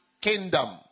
kingdom